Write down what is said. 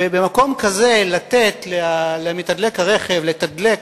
ובמקום כזה לתת למתדלק הרכב לתדלק,